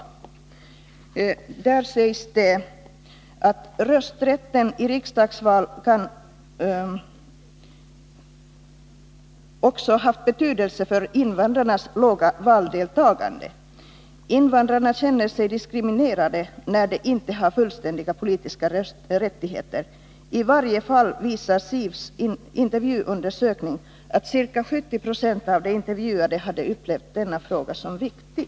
I slutrapporten om det projektet sägs det att rösträtten i riksdagsval kan ha haft betydelse för invandrarnas låga valdeltagande i kommunalvalet, och man fortsätter: ”Invandrarna känner sig diskriminerade när de inte har fullständiga politiska rättigheter. I varje fall visar SIVs intervjuundersökning att cirka 70 procent av de intervjuade hade upplevt denna fråga som viktig.”